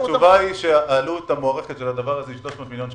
התשובה היא שהעלות המוערכת של הדבר הזה היא 300 מיליון שקלים.